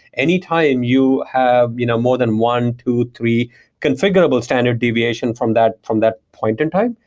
anytime you have you know more than one, two, three configurable standard deviation from that from that point in time,